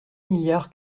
milliards